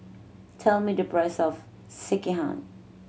tell me the price of Sekihan